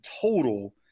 total